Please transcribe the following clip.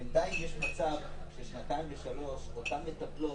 בינתיים יש מצב ששנתיים ושלוש אותן מטפלות